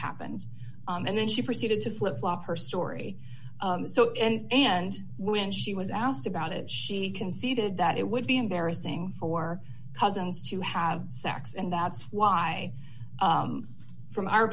happened and then she proceeded to flipflop her story so end and when she was asked about it she conceded that it would be embarrassing for cousins to have sex and that's why from our